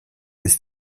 ist